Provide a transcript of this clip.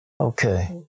Okay